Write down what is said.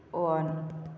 on